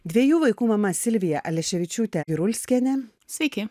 dviejų vaikų mama silvija aleškevičiūtė ulskienė